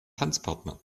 tanzpartner